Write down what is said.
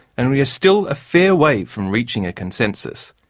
and we are still a fair way from reaching a consensus.